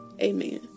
Amen